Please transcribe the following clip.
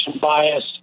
bias